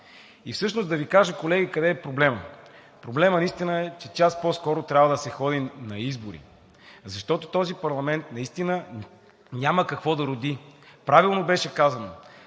Всъщност да Ви кажа, колеги, къде е проблемът? Проблемът наистина е, че час по-скоро трябва да се ходи на избори, защото този парламент няма какво да роди. Правилно беше казвано